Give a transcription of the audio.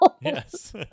Yes